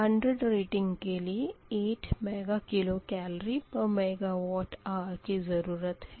100 rating के लिए 8 mega calorie पर मेगावाट आर की ज़रूरत है